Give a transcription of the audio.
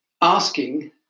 asking